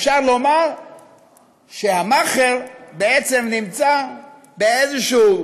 אפשר לומר שהמאכער בעצם נמצא באיזשהו